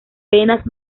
penas